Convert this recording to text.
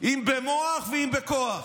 אם במוח ואם בכוח.